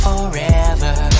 forever